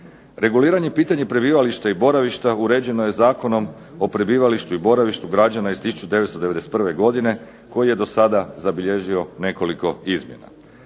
Reguliranje pitanja prebivališta i boravišta uređeno je Zakonom o prebivalištu i boravištu građana iz 1991. godine koji je dosada zabilježio nekoliko izmjena.